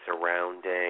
surrounding